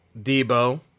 Debo